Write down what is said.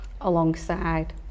alongside